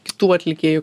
kitų atlikėjų